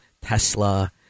Tesla